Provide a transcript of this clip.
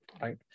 Right